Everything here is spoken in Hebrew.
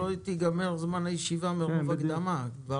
לעשותו.